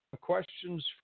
questions